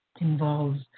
involves